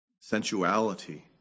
sensuality